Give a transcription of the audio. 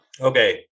Okay